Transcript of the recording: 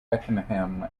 pakenham